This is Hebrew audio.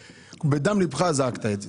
בדם ליבך זעקת את זה.